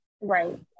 right